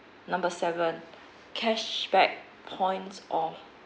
number seven cashback points or